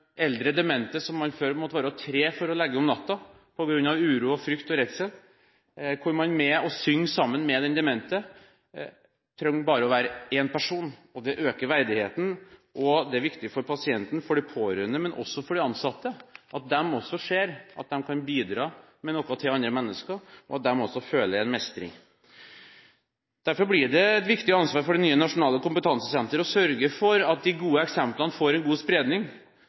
eldre demente som man før måtte ha tre personer til å legge om natten på grunn av uro, frykt og redsel, og der man – ved å synge sammen med den demente – nå bare trenger å være én person. Det øker verdigheten, og det er viktig for pasienten og de pårørende, men også for de ansatte, at de også ser at de kan bidra med noe til andre mennesker, og at de også føler en mestring. Derfor blir det et viktig ansvar for det nye nasjonale kompetansesenteret å sørge for at de gode eksemplene får en god spredning.